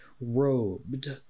robed